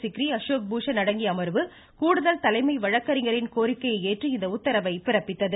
சிக்ரி அஷோக் பூஷன் அடங்கிய அமர்வு கூடுதல் தலைமை வழக்கறிஞரின் கோரிக்கையை ஏற்று இந்த உத்தரவை பிறப்பித்தது